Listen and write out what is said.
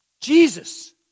Jesus